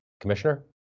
Commissioner